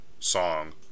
song